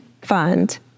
fund